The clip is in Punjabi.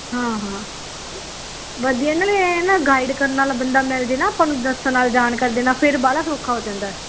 ਹਾਂ ਹਾਂ ਵਧੀਆ ਨਾਲੇ ਐਂ ਨਾ ਗਾਈਡ ਕਰਨ ਵਾਲਾ ਬੰਦਾ ਮਿਲ ਜਾਵੇ ਆਪਾਂ ਨੂੰ ਦੱਸਣ ਨਾਲ ਜਾਣਕਾਰੀ ਦੇਣਾ ਫਿਰ ਬਾਹਲਾ ਸੌਖਾ ਹੋ ਜਾਂਦਾ